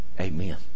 amen